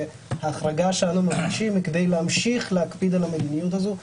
וההחרגה שאנחנו מבקשים היא כדי להמשיך להקפיד על המדיניות הזו,